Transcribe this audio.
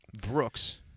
Brooks